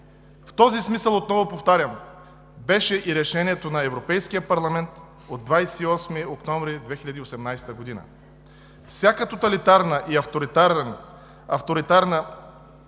В този смисъл, отново повтарям, беше и Решението на Европейския парламент от 28 октомври 2018 г., че всяка тоталитарна и авторитарна